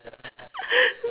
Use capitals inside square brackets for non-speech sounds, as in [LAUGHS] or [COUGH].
[LAUGHS]